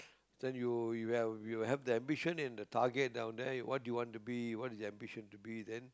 then you you have you'll have the ambition and the target down there what do you want to be what is the ambition to be then